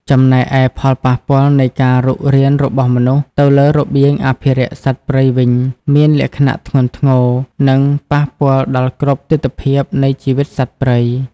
ចំណែកឯផលប៉ះពាល់នៃការរុករានរបស់មនុស្សទៅលើរបៀងអភិរក្សសត្វព្រៃវិញមានលក្ខណៈធ្ងន់ធ្ងរ និងប៉ះពាល់ដល់គ្រប់ទិដ្ឋភាពនៃជីវិតសត្វព្រៃ។